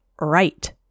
right